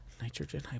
nitrogen